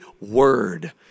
word